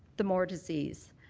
the more disease.